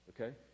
okay